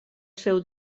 seu